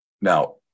Now